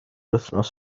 wythnos